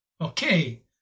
Okay